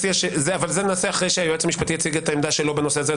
אבל את זה נעשה אחרי שהיועץ המשפטי יציג את העמדה שלו בנושא הזה.